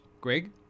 Greg